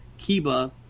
Kiba